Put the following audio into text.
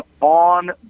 on